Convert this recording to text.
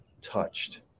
touched